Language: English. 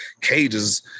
cages